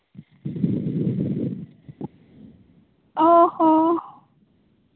ᱚ ᱦᱚ